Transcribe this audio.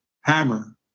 hammer